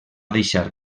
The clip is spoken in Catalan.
deixar